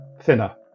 thinner